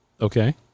Okay